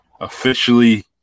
Officially